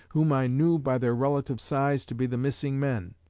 whom i knew by their relative size to be the missing men.